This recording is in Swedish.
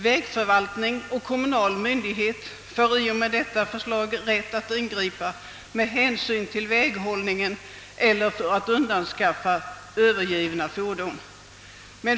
Vägförvaltning och kommunal myndighet får i och med detta förslag rätt att ingripa med hänsyn till väghållningen eller för att undanskaffa övergivna fordon.